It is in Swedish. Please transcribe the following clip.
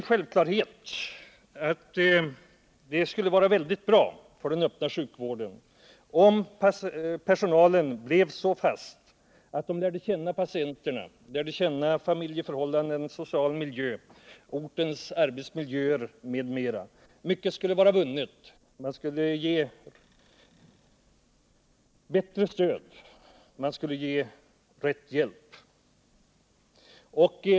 Självfallet skulle det vara mycket bra för den öppna vården, om personalen blev så fast att den lärde känna patienterna — familjeförhållanden, social miljö, ortens arbetsmiljöer m.m. Därigenom skulle mycket vara vunnet. Man skulle kunna ge bättre stöd och riktig hjälp.